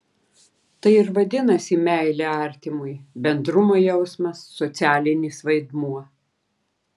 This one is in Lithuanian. tai ir vadinasi meilė artimui bendrumo jausmas socialinis vaidmuo